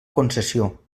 concessió